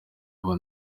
kuba